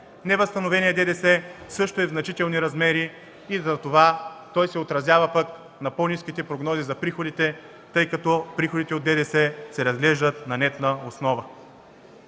Невъзстановеният ДДС също е в значителни размери и затова той се отразява на по-ниските прогнози за приходите, тъй като приходите от ДДС се разглеждат на нетна основа.